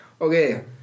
Okay